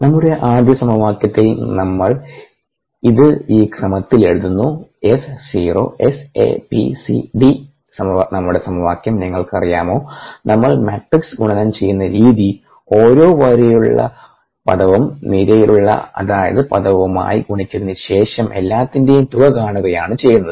നമ്മുടെ ആദ്യ സമവാക്യത്തിൽ നമ്മൾ ഇത് ഈ ക്രമത്തിൽ എഴുതുന്നു S സീറോ SABCD നമ്മുടെ സമവാക്യം നിങ്ങൾക്കറിയാമോ നമ്മൾ മാട്രിക്സ് ഗുണനം ചെയ്യുന്ന രീതി ഓരോ വരിയിൽ ഉള്ള പദവും നിരയിലുള്ള അതാത് പദവുമായി ഗുണിച്ചതിനുശേഷം എല്ലാത്തിന്റെയും തുക കാണുകയാണ് ചെയ്യുന്നത്